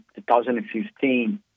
2015